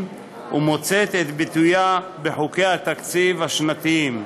ומוצאת את ביטויה בחוקי התקציב השנתיים.